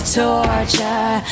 torture